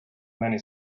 many